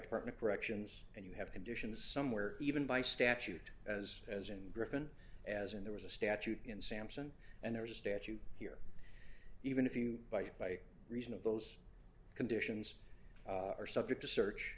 department corrections and you have conditions somewhere even by statute as as in britain as in there was a statute in sampson and there was a statute here even if you by reason of those conditions are subject to search